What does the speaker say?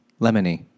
lemony